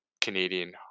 Canadian